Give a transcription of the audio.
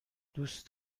دوست